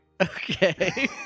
Okay